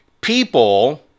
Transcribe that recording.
people